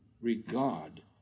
regard